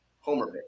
Homer